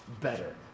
better